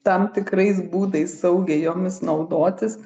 tam tikrais būdais saugiai jomis naudotis